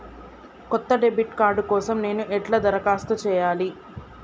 కొత్త debit card కోసం నేను ఎట్లా దరఖాస్తు చేయాలి?